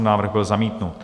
Návrh byl zamítnut.